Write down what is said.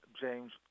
James